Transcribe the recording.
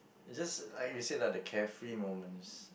it's just like you said lah the carefree moments